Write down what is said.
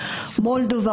מולדובה,